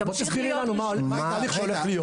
אז בואי תסבירי לנו מה התהליך שהולך להיות.